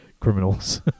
criminals